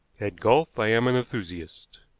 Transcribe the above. at golf i am an enthusiast.